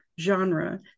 genre